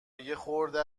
یخورده